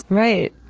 right.